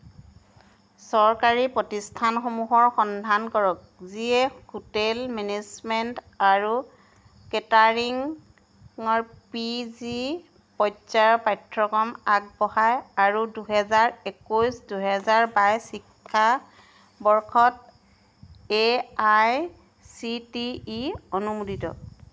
চৰকাৰী প্ৰতিষ্ঠানসমূহৰ সন্ধান কৰক যিয়ে হোটেল মেনেজমেণ্ট আৰু কেটাৰিঙৰ পি জি পৰ্যায়ৰ পাঠ্যক্ৰম আগবঢ়ায় আৰু দুহেজাৰ একৈছ দুহেজাৰ বাইছ শিক্ষাবৰ্ষত A I C T E অনুমোদিত